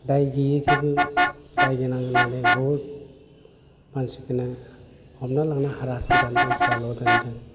दाय गैयैखोबो दाय गोनां होन्नानै बुहुत मानसिखौनो हमना लांना हारा हास्टि खालामदों जेलाव दोन्दों